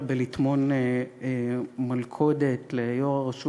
אלא בלטמון מלכודת ליו"ר הרשות